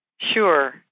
Sure